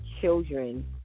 children